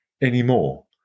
anymore